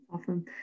Awesome